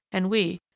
and we,